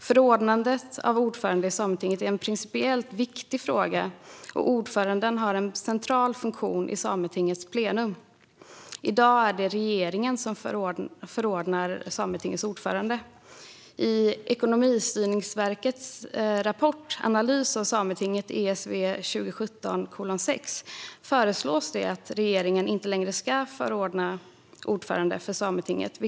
Förordnandet av ordförande i Sametinget är en principiellt viktig fråga, och ordföranden har en central funktion i Sametingets plenum. I dag är det regeringen som förordnar Sametingets ordförande. I Ekonomistyrningsverkets rapport Analys av Sametinget , ESV 2017:6, föreslås det att regeringen inte längre ska förordna ordförande för Sametinget.